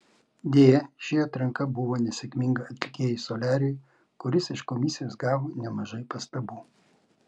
deja ši atranka buvo nesėkminga atlikėjui soliariui kuris iš komisijos gavo nemažai pastabų